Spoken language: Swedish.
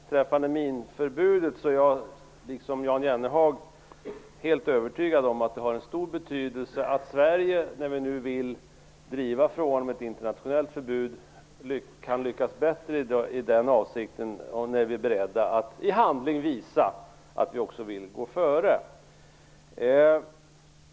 Herr talman! Beträffande minförbudet är jag, liksom Jan Jennehag, helt övertygad om att ett sådant skulle ha stor betydelse. När Sverige nu vill driva frågan om ett internationellt förbud kan vi lyckas bättre i den avsikten när vi är beredda att i handling visa att vi också vill gå före.